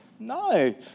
No